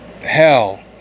Hell